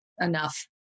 enough